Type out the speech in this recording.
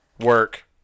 Work